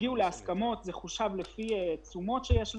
זה חושב לפי תשומות שיש להם.